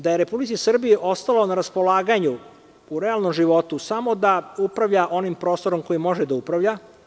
Da je Republici Srbiji ostalo na raspolaganju u realnom životu samo da upravlja onim prostorom kojim može da upravlja.